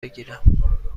بگیرم